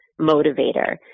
motivator